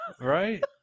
right